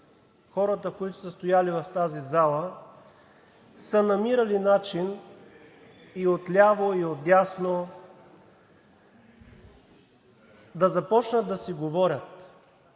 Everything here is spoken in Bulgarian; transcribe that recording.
хората, които са стояли в тази зала, са намирали начин – и от ляво, и от дясно, да започнат да си говорят